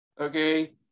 okay